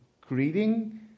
greeting